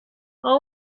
all